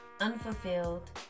unfulfilled